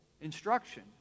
instruction